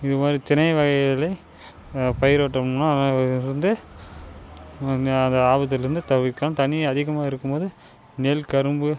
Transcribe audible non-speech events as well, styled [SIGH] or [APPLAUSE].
இது மாதிரி திணை வகைகளை பயிரிட்டோம்னால் [UNINTELLIGIBLE] அதிலிருந்து அது ஆபத்திலிருந்து தவிர்க்கலாம் தண்ணி அதிகமாக இருக்கும் போது நெல் கரும்பு